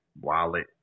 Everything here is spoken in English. wallet